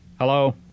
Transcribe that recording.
Hello